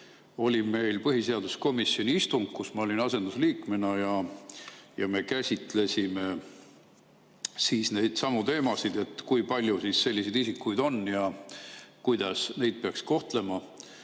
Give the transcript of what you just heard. oli meil põhiseaduskomisjoni istung, kus ma olin asendusliikmena, ja me käsitlesime neidsamu teemasid: kui palju selliseid isikuid [Eestis] on, kuidas neid peaks kohtlema